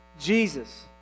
Jesus